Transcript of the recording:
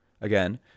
Again